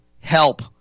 help